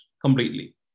completely